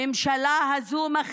הממשלה הזאת,